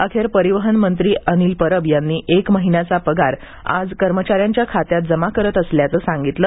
अखेर परिवहन मंत्री अनिल परब यांनी एक महिन्याचा पगार आज कर्मचाऱ्यांच्या खात्यात जमा करत असल्याचं सांगितलं